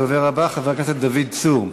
הדובר הבא, חבר הכנסת דוד צור.